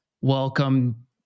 welcome